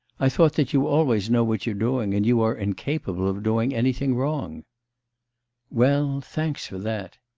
i thought that you always know what you're doing, and you are incapable of doing anything wrong well thanks for that.